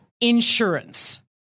Insurance